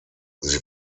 sie